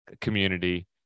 community